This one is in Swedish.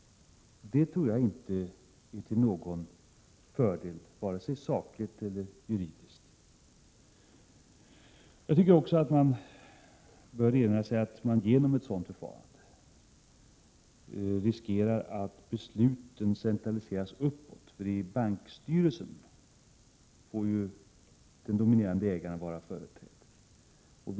Det tror jag inte är till någon fördel vare sig sakligt eller juridiskt. Man bör kunna enas om att man genom ett sådant förfarande riskerar att besluten centraliseras uppåt, för i bankstyrelsen får ju den dominerande 43 ägaren vara företrädd.